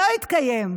לא התקיים.